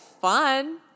fun